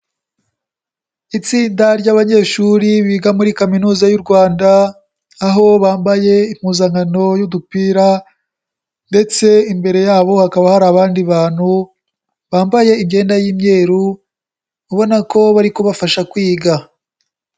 Itsinda ry'abanyeshuri biga muri Kaminuza y'u Rwanda aho bambaye impuzankano y'udupira ndetse imbere yabo hakaba hari abandi bantu bambaye imyenda y'imyeru ubona ko bari kubafasha kwiga.